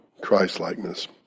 Christ-likeness